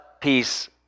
peace